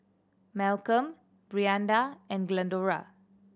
Malcolm Brianda and Glendora